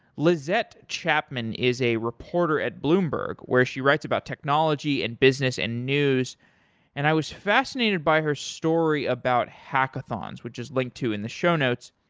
lizette chapman is a reporter at bloomberg where she writes about technology and business and news and i was fascinated by her story about hackathons, which is linked to in the show notes.